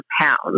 pounds